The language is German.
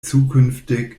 zukünftig